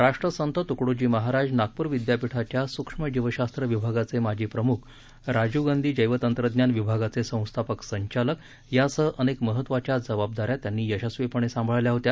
राष्ट्रसंत त्कडोजी महाराज नागप्र विद्यापीठाच्या सूक्ष्मजीवशास्त्र विभागाचे माजी प्रम्ख राजीव गांधी जैव तंत्रज्ञान विभागाचे संस्थापक संचालक यासह अनेक महत्वाच्या जबाबदाऱ्या त्यांनी यशस्वीपणे सांभाळल्या होत्या